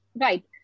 Right